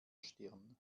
stirn